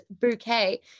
bouquet